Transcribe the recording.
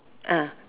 ah